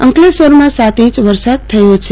અંકલેશ્વરમાં સાત ઈંચ વરસાદ થયો છે